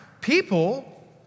people